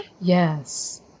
Yes